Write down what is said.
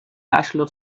bachelor